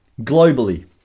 globally